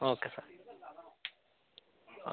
okay sir okay